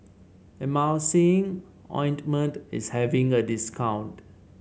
Emulsying Ointment is having a discount